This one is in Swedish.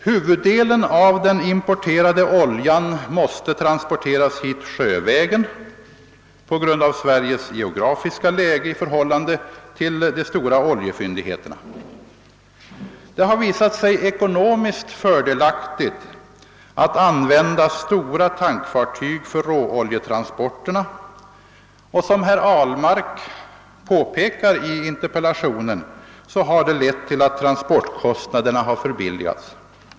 Huvuddelen av den importerade oljan måste på grund av Sveriges geografiska läge i förhållande till de stora oljefyndigheterna transporteras hit sjövägen. Det har visat sig ekonomiskt fördelaktigt att använda stora tankfartyg för råoljetransporterna, och som herr Ahlmark påpekar i interpella tionen har detta lett till att transporterna förbilligats.